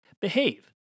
behave